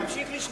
תמשיך לשמור.